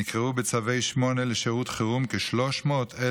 נקראו בצווי 8 לשירות חירום כ-300,000